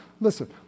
listen